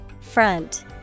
Front